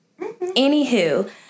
Anywho